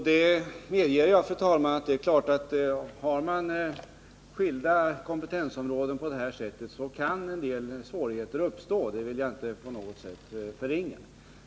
Jag medger att om man på detta sätt har skilda kompetensområden kan en del svårigheter uppstå.